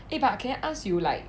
eh but can I ask you like